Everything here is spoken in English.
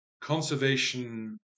conservation